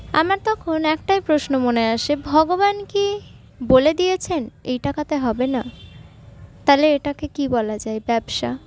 আমার তখন একটাই প্রশ্ন মনে আসে ভগবান কী বলে দিয়েছেন এই টাকাতে হবে না তাহলে এটাকে কী বলা যায় ব্যবসা